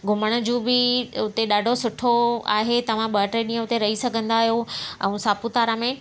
घुमणु जूं बि हुते ॾाढो सुठो आहे तव्हां ॿ टे ॾींहं हुते रही सघंदा आहियो ऐं सापूतारा में